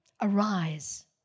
Arise